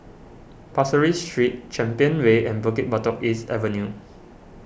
Pasir Ris Street Champion Way and Bukit Batok East Avenue